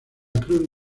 cruz